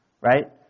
right